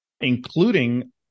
including